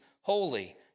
holy